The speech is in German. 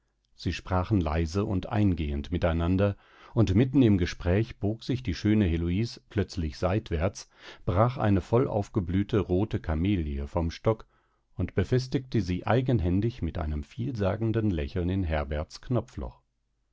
sie sprachen leise und eingehend miteinander und mitten im gespräch bog sich die schöne heloise plötzlich seitwärts brach eine vollaufgeblühte rote kamelie vom stock und befestigte sie eigenhändig mit einem vielsagenden lächeln in herberts knopfloch